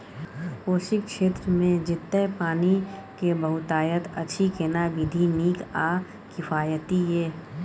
कोशी क्षेत्र मे जेतै पानी के बहूतायत अछि केना विधी नीक आ किफायती ये?